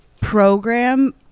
Program